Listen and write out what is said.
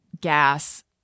gas